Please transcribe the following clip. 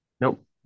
Nope